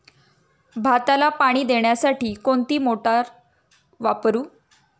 भाताला पाणी देण्यासाठी कोणती मोटार वापरू?